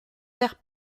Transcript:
terre